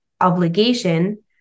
obligation